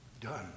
done